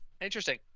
Interesting